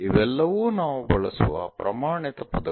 ಇವೆಲ್ಲವೂ ನಾವು ಬಳಸುವ ಪ್ರಮಾಣಿತ ಪದಗಳು